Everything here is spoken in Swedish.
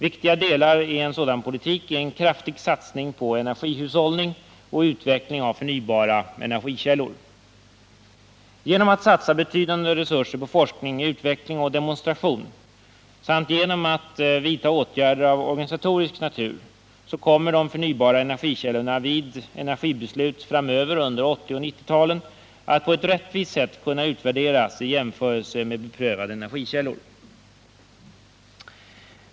Viktiga delar i en sådan politik är en kraftig satsning på energihushållning och utveckling av förnybara energikällor. Genom att satsa betydande resurser på forskning, utveckling och demonstration samt genom att vidta åtgärder av organisatorisk natur kommer de förnybara energikällorna vid energibeslut under 1980 och 1990-talen att på ett rättvist sätt kunna utvärderas i jämförelse med beprövade energikällor.